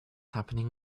happening